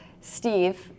Steve